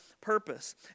purpose